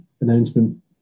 announcement